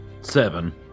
Seven